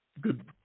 good